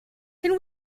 can